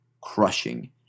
crushing